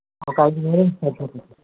ఒక ఐదు వేలు ఇవ్వండి